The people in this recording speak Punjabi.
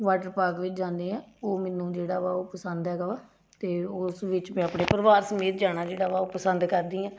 ਵਾਟਰ ਪਾਰਕ ਵਿੱਚ ਜਾਂਦੇ ਹਾਂ ਉਹ ਮੈਨੂੰ ਜਿਹੜਾ ਵਾ ਉਹ ਪਸੰਦ ਹੈਗਾ ਵਾ ਅਤੇ ਉਸ ਵਿੱਚ ਮੈਂ ਆਪਣੇ ਪਰਿਵਾਰ ਸਮੇਤ ਜਾਣਾ ਜਿਹੜਾ ਵਾ ਉਹ ਪਸੰਦ ਕਰਦੀ ਹਾਂ